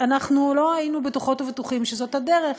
לא היינו בטוחות ובטוחים שזאת הדרך.